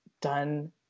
done